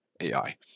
AI